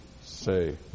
say